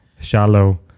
shallow